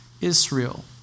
Israel